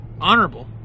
Honorable